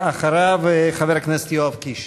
אחריו, חבר הכנסת יואב קיש.